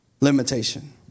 Limitation